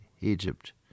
Egypt